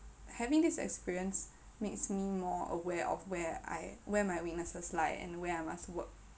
having this experience makes me more aware of where I where my weaknesses lie and where I must work